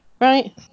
Right